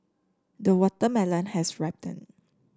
the watermelon has ripened